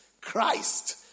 Christ